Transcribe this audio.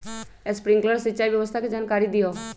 Sprinkler सिंचाई व्यवस्था के जाकारी दिऔ?